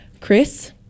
Chris